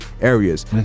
areas